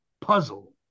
puzzle